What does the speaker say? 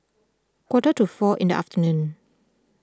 quarter to four in the afternoon